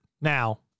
now